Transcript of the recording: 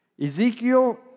Ezekiel